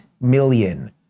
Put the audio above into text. million